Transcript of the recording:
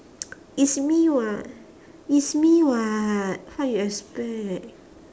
it's me [what] it's me [what] what you expect